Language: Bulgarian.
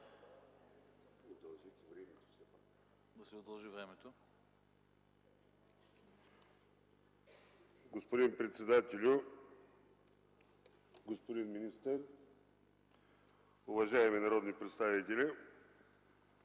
Да се удължи времето. ЛЮБЕН КОРНЕЗОВ: Господин председателю, господин министър, уважаеми народни представители!